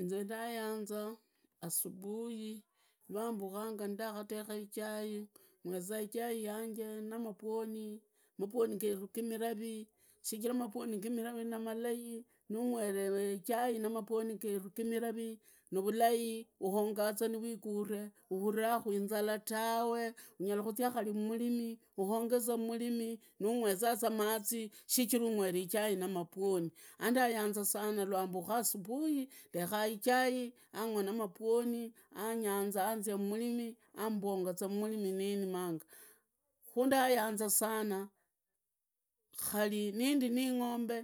Inze ndayanza, asubuhi lwambukanga ndakutekha ichai, gweza ichai yanje gi mikavi, shichira mabwoni geru ni malai, nugwele ichaina mabwoni geru gi milavi, ni vulahi wogiza ni wigure, shuulakhu inzala tawe, nyala kuzia kari murimi, uongaza mumurimi nu nywezaza mazi, shichila ungwele ichai na mabwoni adanyanza anzia mumurimi ambongaza mumurimi ni rima, khundagayanza sana kuri nindi ni ing’ombe,